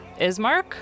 ismark